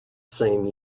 same